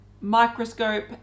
microscope